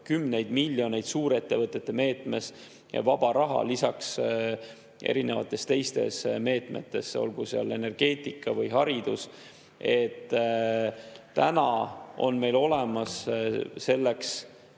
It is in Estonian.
kümneid miljoneid suurettevõtete meetmes ja lisaks vaba raha erinevates teistes meetmetes, olgu see energeetika või haridus. Meil on olemas selleks